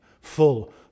full